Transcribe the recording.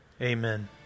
amen